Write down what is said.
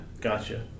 Gotcha